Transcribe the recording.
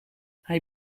hij